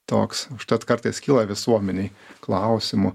toks užtat kartais kyla visuomenei klausimų